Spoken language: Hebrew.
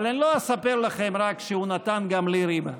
אבל אני לא אספר לכם רק שהוא נתן גם לי ריבה,